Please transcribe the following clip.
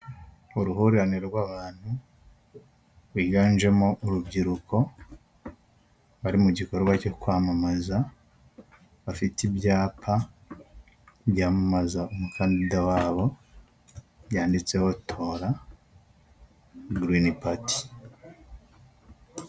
Uruhurirane rw'abantu biganjemo urubyiruko bari mu gikorwa cyo kwamamaza, bafite ibyapa byamamaza umukandida wabo byanditseho tora Girini pati.